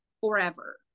forever